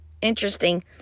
Interesting